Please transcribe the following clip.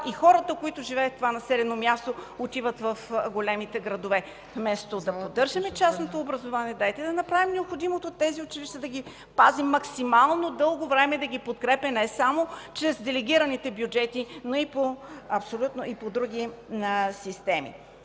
и хората, които живеят в това населено място, отиват в големите градове. Вместо да поддържаме частното образование, дайте да направим необходимото тези училища да ги пазим максимално дълго време, да ги подкрепяме не само чрез делегираните бюджети, но и по други системи.